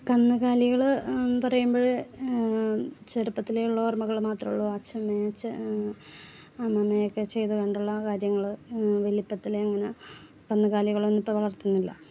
കന്നുകാലികൾ പറയുമ്പഴ് ചെറുപ്പത്തിലേ ഉള്ള ഒർമ്മകൾ മാത്രമേ ഉള്ളു അച്ചമ്മേച്ച അമ്മമ്മയൊക്കെ ചെയ്ത് കണ്ടുള്ള കാര്യങ്ങള് വലിപ്പത്തിലേ അങ്ങനെ കന്ന് കാലികളേ ഒന്നും ഇപ്പം വളർത്തുന്നില്ല